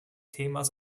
themas